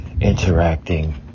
interacting